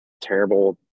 terrible